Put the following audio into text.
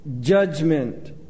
judgment